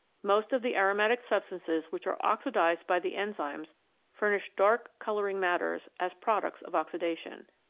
most of the aromatic substances which are oxidised by the enzymes furnish dark colouring matters as pro ducts of oxidation.